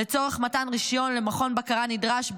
לצורך מתן רישיון למכון בקרה נדרש,